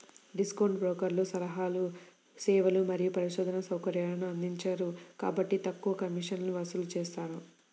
discount బ్రోకర్లు సలహా సేవలు మరియు పరిశోధనా సౌకర్యాలను అందించరు కాబట్టి తక్కువ కమిషన్లను వసూలు చేస్తారు